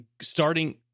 starting